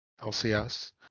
lcs